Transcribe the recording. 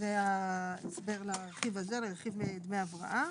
זה ההסבר לרכיב הזה, לרכיב דמי הבראה.